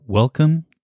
Welcome